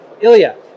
Ilya